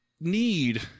need